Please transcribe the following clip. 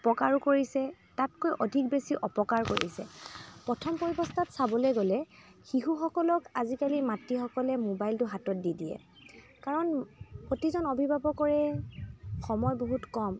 উপকাৰ কৰিছে তাতকৈ অধিক বেছি অপকাৰ কৰিছে প্ৰথম পৰিৱস্থাত চাবলৈ গ'লে শিশুসকলক আজিকালি মাতৃসকলে মোবাইলটো হাতত দি দিয়ে কাৰণ প্ৰতিজন অভিভাৱকৰে সময় বহুত কম